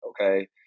okay